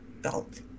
belt